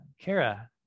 Kara